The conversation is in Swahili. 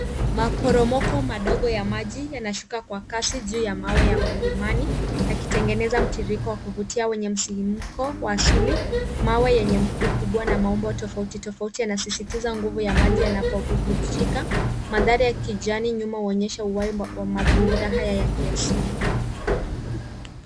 Maporomoko madogo ya maji yanashuka kwa kasi juu ya mawe ya mlimani, yakitengeneza mtiririko wa kuvutia wenye msisimuko wa asili. Mawe yenye ukubwa na maumbo tofauti tofauti yanasisitiza nguvu ya maji yanapobubujika. Mandhari ya kijani nyuma huonyesha uhai wa mazingira haya ya kiasili.